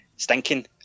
stinking